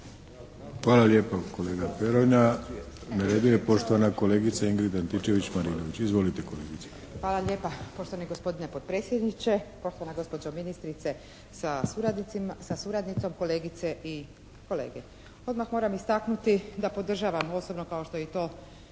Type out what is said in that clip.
Hvala lijepa kolega Peronja. Na redu je poštovana kolegica Ingrid Antičević Marinović. Izvolite kolegice. **Antičević Marinović, Ingrid (SDP)** Hvala lijepa poštovani gospodine potpredsjedniče. Poštovana gospođo ministrice sa suradnicom, kolegice i kolege. Odmah moram istaknuti da podržavam osobno kao što i to